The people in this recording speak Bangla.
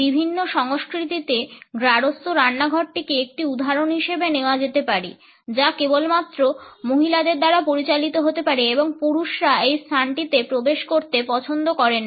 বিভিন্ন সংস্কৃতিতে গার্হস্থ্য রান্নাঘরটিকে একটি উদাহরণ হিসাবে নেওয়া যেতে পারে যা কেবলমাত্র মহিলাদের দ্বারা পরিচালিত হতে পারে এবং পুরুষরা এই স্থানটিতে প্রবেশ করতে পছন্দ করেন না